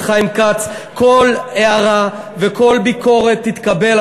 חיים כץ: כל הערה וכל ביקורת תתקבל.